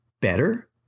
better